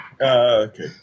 Okay